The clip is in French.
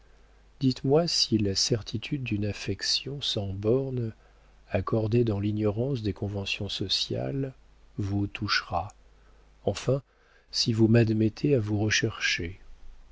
dites-moi si la certitude d'une affection sans bornes accordée dans l'ignorance des conventions sociales vous touchera enfin si vous m'admettez à vous rechercher